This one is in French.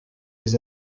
les